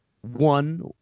One